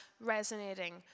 resonating